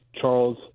Charles